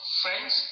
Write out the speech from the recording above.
friends